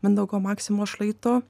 mindaugo maksimos šlaito